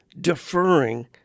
deferring